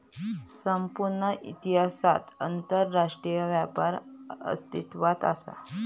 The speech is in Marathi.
संपूर्ण इतिहासात आंतरराष्ट्रीय व्यापार अस्तित्वात असा